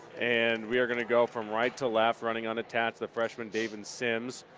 and we are going to go from right to left. running unattached, the freshman davin simms.